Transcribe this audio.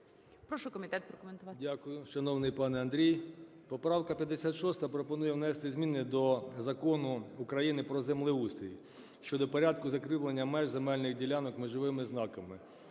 Прошу комітет прокоментувати. 13:10:56 КУЛІНІЧ О.І. Дякую, шановний пане Андрій. Поправка 56 пропонує внести зміни до Закону України "Про землеустрій" щодо порядку закріплення меж земельних ділянок межовими знаками.